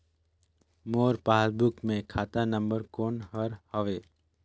मोर passbook मे खाता number कोन हर हवे?